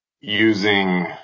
using